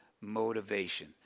motivation